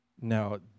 Now